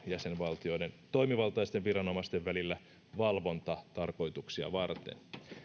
jäsenvaltioiden toimivaltaisten viranomaisten välillä valvontatarkoituksia varten